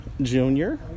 junior